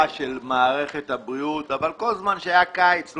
של מערכת הבריאות אבל כל זמן שהיה קיץ,